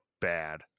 bad